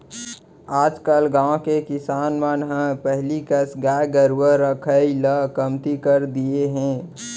आजकल गाँव के किसान मन ह पहिली कस गाय गरूवा रखाई ल कमती कर दिये हें